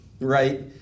right